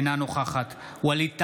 אינה נוכחת ווליד טאהא,